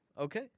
okay